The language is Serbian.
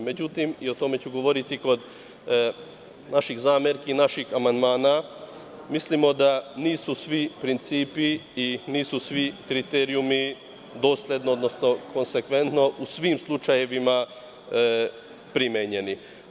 Međutim, i o tome ću govoriti kod naših zamerki, naših amandmana, mislimo da nisu svi principi i nisu svi kriterijumi dosledno, odnosno konsekventno u svim slučajevima primenjeni.